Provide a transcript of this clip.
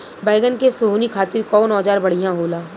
बैगन के सोहनी खातिर कौन औजार बढ़िया होला?